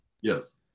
Yes